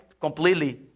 Completely